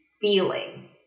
feeling